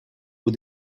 aux